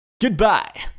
Goodbye